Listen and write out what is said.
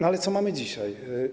No ale co mamy dzisiaj?